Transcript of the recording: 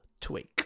tweak